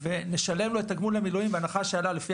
ונשלם לו את הגמול למילואים בהנחה שעלה לפי